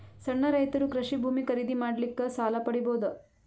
ಸಣ್ಣ ರೈತರು ಕೃಷಿ ಭೂಮಿ ಖರೀದಿ ಮಾಡ್ಲಿಕ್ಕ ಸಾಲ ಪಡಿಬೋದ?